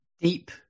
Deep